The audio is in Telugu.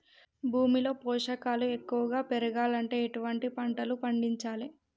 భూమిలో పోషకాలు ఎక్కువగా పెరగాలంటే ఎటువంటి పంటలు పండించాలే?